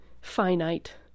finite